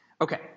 Okay